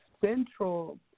central